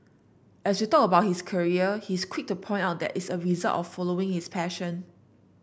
as we talk about his career he is quick to point out that it's a result of following his passion